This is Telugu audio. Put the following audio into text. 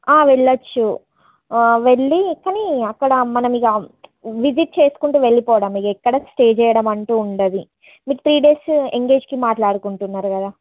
వెళ్ళొచ్చు వెళ్ళి కానీ అక్కడ మనం ఇంక విజిట్ చేసుకుంటూ వెళ్ళిపోవడమే ఎక్కడా స్టే చెయ్యడము అంటూ ఉండదు మీరు త్రీ డేస్ ఎంగేజ్కి మాట్లాడుకుంటున్నారు కదా